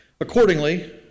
Accordingly